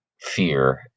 fear